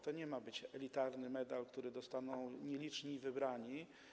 To nie ma być elitarny medal, który dostaną nieliczni wybrani.